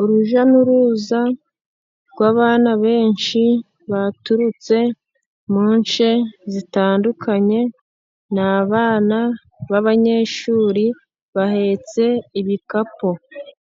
Urujya n'uruza rw'abana benshi baturutse mu nce zitandukanye. Ni abana b'abanyeshuri bahetse ibikapu